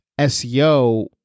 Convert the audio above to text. seo